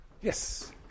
Yes